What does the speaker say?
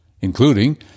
including